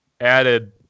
added